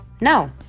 No